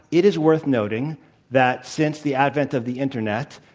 it is worth nothing that since the advent of the internet,